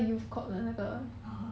orh